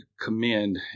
commend